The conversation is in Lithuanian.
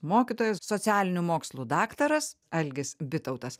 mokytojas socialinių mokslų daktaras algis bitautas